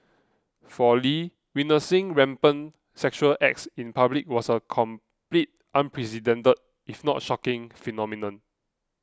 for Lee witnessing rampant sexual acts in public was a completely unprecedented if not shocking phenomenon